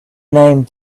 name